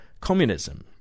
communism